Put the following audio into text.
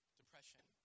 depression